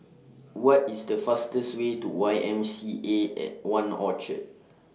What IS The fastest Way to Y M C A At one Orchard